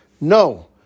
No